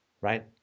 right